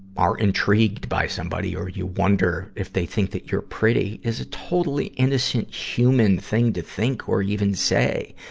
are intrigued by somebody or you wonder if they think that you're pretty is a totally innocent human thing to think or even say.